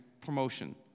promotion